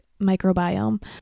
microbiome